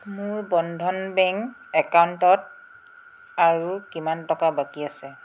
মোৰ বন্ধন বেংক একাউণ্টত আৰু কিমান টকা বাকী আছে